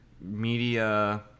media